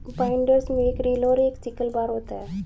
binders में एक reel और एक सिकल बार होता है